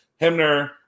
Hemner